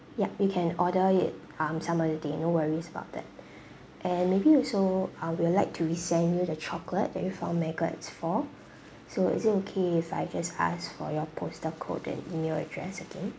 ya you can order it um some other day no worries about that and maybe also ah we would like to resend you the chocolate that you found maggots for so is it okay if I just ask for your postal code and E-mail address again